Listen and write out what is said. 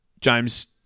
James